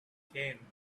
came